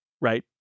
right